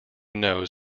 knows